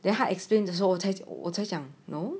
then 他 explained the 时候太久我才讲 no